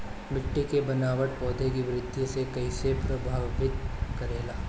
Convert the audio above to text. मिट्टी के बनावट पौधों की वृद्धि के कईसे प्रभावित करेला?